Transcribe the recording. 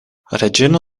reĝino